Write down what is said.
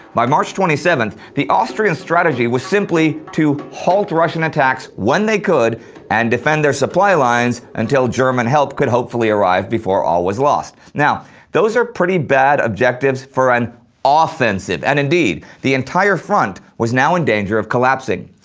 by march twenty seventh, the austrian strategy was simply to halt russian attacks when they could and defend their supply lines until german help could hopefully arrive before all was lost. those are pretty bad objectives for an offensive, and indeed, the entire front was now in danger of collapsing.